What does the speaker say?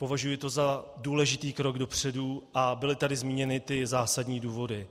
Považuji to za důležitý krok dopředu, a byly tady zmíněny zásadní důvody.